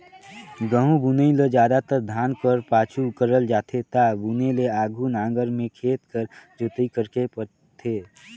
गहूँ बुनई ल जादातर धान कर पाछू करल जाथे ता बुने ले आघु नांगर में खेत कर जोताई करेक परथे